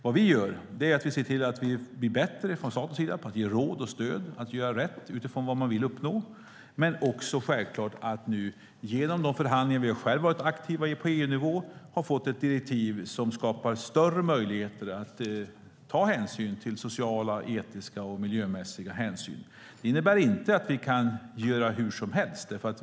Det vi gör är att se till att vi blir bättre ifrån statens sida på att ge råd och stöd att göra rätt utifrån vad man vill uppnå. Självklart har vi också genom de förhandlingar vi varit aktiva i på EU-nivå fått ett direktiv som skapar större möjligheter att ta sociala, etiska och miljömässiga hänsyn. Det innebär inte att vi kan göra hur som helst.